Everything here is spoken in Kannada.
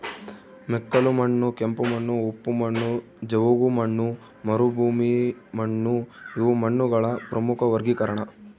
ಮೆಕ್ಕಲುಮಣ್ಣು ಕೆಂಪುಮಣ್ಣು ಉಪ್ಪು ಮಣ್ಣು ಜವುಗುಮಣ್ಣು ಮರುಭೂಮಿಮಣ್ಣುಇವು ಮಣ್ಣುಗಳ ಪ್ರಮುಖ ವರ್ಗೀಕರಣ